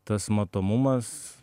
tas matomumas